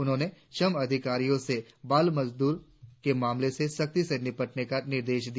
उन्होंने श्रम अधिकारियों से बाल मजदूर के मामले से सख्ती से निपटने का निर्देश दिया